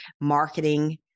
marketing